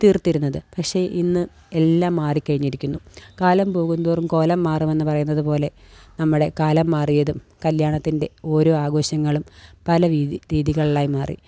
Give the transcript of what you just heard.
തീർത്തിരുന്നത് പക്ഷേ ഇന്ന് എല്ലാം മാറി കഴിഞ്ഞിരിക്കുന്നു കാലം പോകുന്തോറും കോലം മാറുമെന്ന് പറയുന്നത് പോലെ നമ്മുടെ കാലം മാറിയതും കല്യാണത്തിൻ്റെ ഓരോ ആഘോഷങ്ങളും പല രീതി രീതികളിലായി മാറി